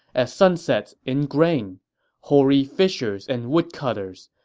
as sunsets ingrain hoary fishers and woodcutters,